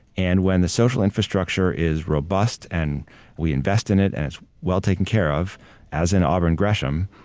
and when the social infrastructure is robust and we invest in it and it's well taken care of as in auburn gresham,